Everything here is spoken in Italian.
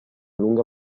lunga